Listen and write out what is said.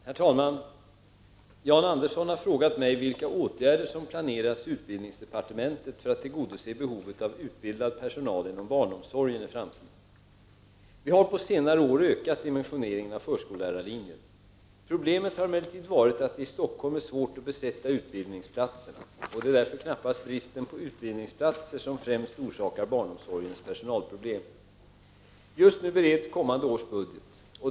Herr talman! Jan Andersson har frågat mig vilka åtgärder som planeras i utbildningsdepartementet för att tillgodose behovet av utbildad personal inom barnomsorgen i framtiden. Vi har på senare år ökat dimensioneringen av förskollärarlinjen. Problemet har emellertid varit att det i Stockholm är svårt att besätta utbildningsplatserna. Det är därför knappast bristen på utbildningsplatser som främst orsakar barnomsorgens personalproblem. Just nu bereds kommande ars budget.